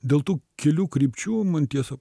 dėl tų kelių krypčių man tiesą